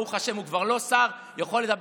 שברוך השם הוא כבר לא שר, אני יכול לדבר